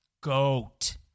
goat